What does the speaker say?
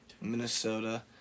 Minnesota